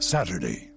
Saturday